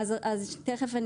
אז תכף,